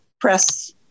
press